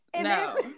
no